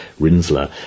Rinsler